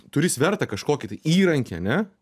turi svertą kažkokį įrankį ane